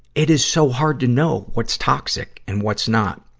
it is so hard to know what's toxic and what's not,